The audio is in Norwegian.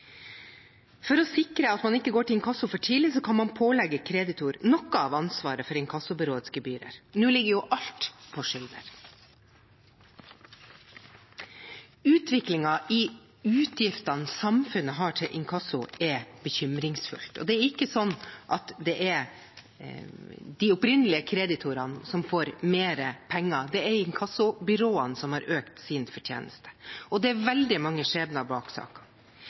For å sikre at man ikke går til inkasso for tidlig, kan man pålegge kreditor noe av ansvaret for inkassobyråets gebyrer; nå ligger jo alt på skyldner. Utviklingen i utgiftene samfunnet har til inkasso, er bekymringsfull. Det er ikke sånn at det er de opprinnelige kreditorene som får mer penger, det er inkassobyråene som har økt sin fortjeneste, og det er veldig mange skjebner bak